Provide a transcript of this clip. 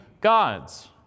gods